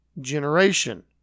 generation